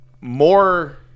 more